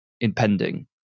impending